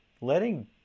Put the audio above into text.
letting